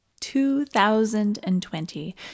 2020